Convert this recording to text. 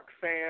fan